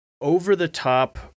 over-the-top